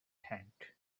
tent